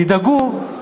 תדאגו